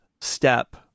step